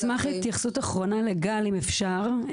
אני אשמח להתייחסות אחרונה לגל אם אפשר.